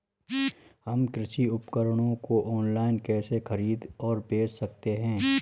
हम कृषि उपकरणों को ऑनलाइन कैसे खरीद और बेच सकते हैं?